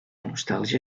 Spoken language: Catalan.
nostàlgia